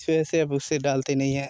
इस वजह से उसे अब डालते नहीं हैं